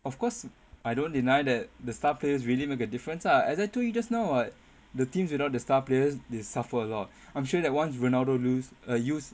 of course I don't deny that the star players really make a difference lah as I told you just now what the teams without the star players they suffer a lot I'm sure that one's ronaldo use uh use